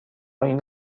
این